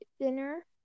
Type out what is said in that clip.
dinner